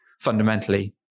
fundamentally